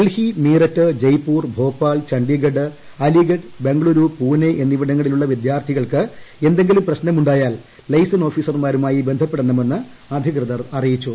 ഡൽഹി മീററ്റ് ജയ്പ്പൂർ ഭോപ്പാൽ ഛണ്ഡീഗഡ് അലിഗഡ് ബംഗ്ളൂരു പൂനെ എന്നിവിടങ്ങളിലുള്ള വിദ്യാർത്ഥികൾക്ക് എന്തെങ്കിലും പ്രശ്നമു ായാൽ ലൈസൺ ഓഫീസറുമായി ബന്ധ്പ്പെടണമെന്ന് അധികൃതർ അറിയിച്ചു